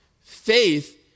Faith